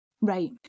Right